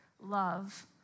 love